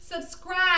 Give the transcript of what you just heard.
subscribe